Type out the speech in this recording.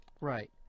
Right